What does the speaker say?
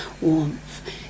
warmth